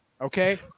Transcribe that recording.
okay